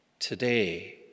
Today